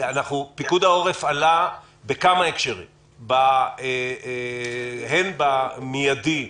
פיקוד העורף עלה בכמה הקשרים, הן במידי,